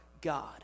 God